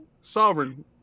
Sovereign